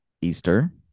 easter